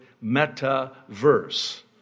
meta-verse